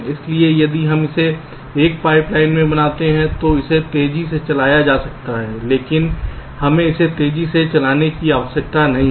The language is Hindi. इसलिए यदि हम इसे एक पाइपलाइन में बनाते हैं तो इसे तेजी से चलाया जा सकता है लेकिन हमें इसे तेजी से चलाने की आवश्यकता नहीं है